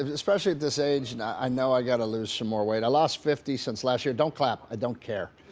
especially at this age. and i know i gotta lose some more weight, i lost fifty since last year, don't clap, i don't care.